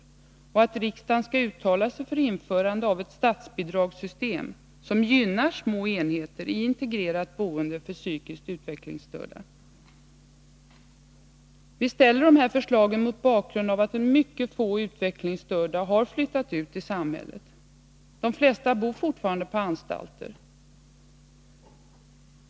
Vidare sägs i motionen ”att riksdagen uttalar sig för införande av ett statsbidragssystem som gynnar små enheter i integrerat boende för psykiskt utvecklingsstörda.” Vi väcker dessa förslag mot bakgrund av att mycket få utvecklingsstörda har flyttat ut i samhället. De flesta bor fortfarande på anstalter.